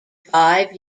five